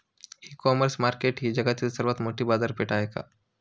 इ commerce market ही जगातील सर्वात मोठी बाजारपेठ आहे का?